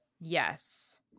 Yes